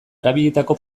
erabilitako